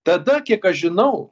tada kiek aš žinau